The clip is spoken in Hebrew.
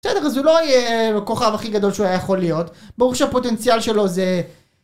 בסדר אז הוא לא היה הכוכב הכי גדול שהוא היה יכול להיות. ברור שהפוטנציאל שלו זה...